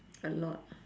a lot